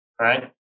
right